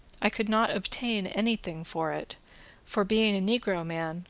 i could not obtain any thing for it for, being a negro man,